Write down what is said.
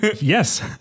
Yes